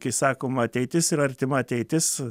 kai sakoma ateitis ir artima ateitis